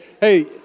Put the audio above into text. Hey